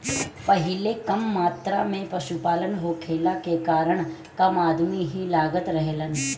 पहिले कम मात्रा में पशुपालन होखला के कारण कम अदमी ही लागत रहलन